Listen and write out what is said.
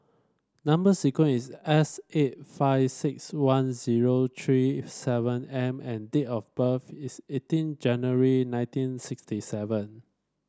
number sequence is S eight five six one zero three seven M and date of birth is eighteen January nineteen sixty seven